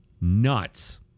nuts